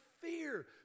fear